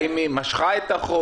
האם היא משכה את החוק?